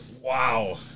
wow